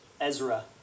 Ezra